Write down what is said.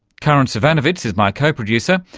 karin zsivanovits is my co-producer.